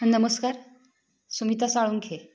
नमस्कार सुमिता साळंखे